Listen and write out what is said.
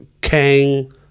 Kang